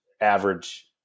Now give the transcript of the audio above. average